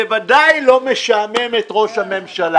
זה ודאי לא משעמם את ראש הממשלה.